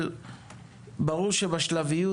ברור שבשלבים.